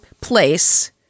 place